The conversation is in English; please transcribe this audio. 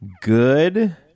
good